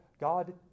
God